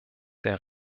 der